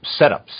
setups